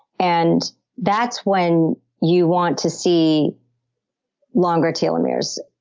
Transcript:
and that's when you want to see longer telomeres.